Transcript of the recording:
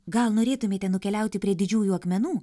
gal norėtumėte nukeliauti prie didžiųjų akmenų